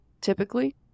typically